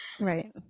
Right